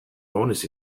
bonus